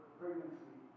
pregnancy